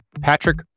Patrick